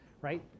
right